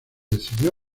decidió